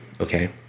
okay